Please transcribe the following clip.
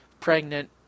pregnant